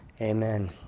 Amen